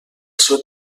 seu